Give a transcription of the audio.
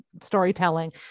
storytelling